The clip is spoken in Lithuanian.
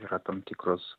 yra tam tikros